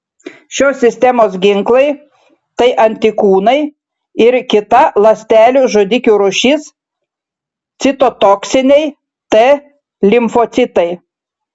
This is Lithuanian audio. šios sistemos ginklai tai antikūnai ir kita ląstelių žudikių rūšis citotoksiniai t limfocitai